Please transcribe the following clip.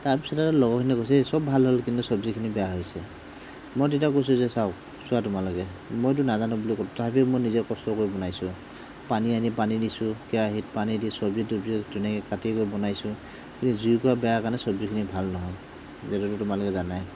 তাৰপিছত আৰু লগৰখিনিয়ে কৈছে এই চব ভাল হ'ল কিন্তু চব্জিখিনি বেয়া হৈছে মই তেতিয়া কৈছোঁ যে চাওঁক চোৱা তোমালোকে মইতো নাজানোঁ বুলি ক'লোঁ তথাপিও মই নিজে কষ্ট কৰি বনাইছোঁ পানী আনি পানী দিছোঁ কেৰাহীত পানী দি চব্জি তব্জি ধুনীয়াকৈ কাটি কৰি বনাইছোঁ কিন্তু জুইকুৰা বেয়া কাৰণে চব্জিখিনি ভাল নহ'ল যে কথাটো তোমালোকে জানাই